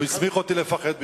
הוא הסמיך אותי לפחד בשמו.